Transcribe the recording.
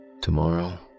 Tomorrow